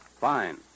Fine